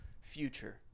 future